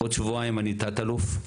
עוד שבועיים אני תת אלוף.